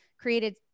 created